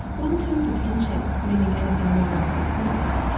long term detention, meaning anything more than six months,